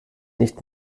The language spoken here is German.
nicht